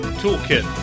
toolkit